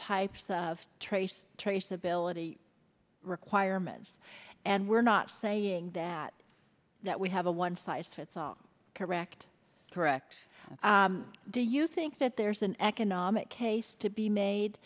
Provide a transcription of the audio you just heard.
types of trace traceability requirements and we're not saying that that we have a one size fits all correct correct do you think that there's an economic case to be made